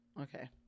Okay